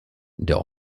der